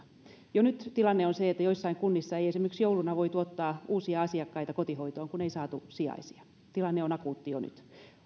jo nyt tilanne on se että joissain kunnissa ei esimerkiksi jouluna voitu ottaa uusia asiakkaita kotihoitoon kun ei saatu sijaisia tilanne on akuutti jo nyt